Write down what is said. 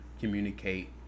communicate